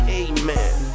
amen